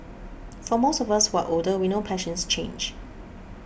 for most of us who are older we know passions change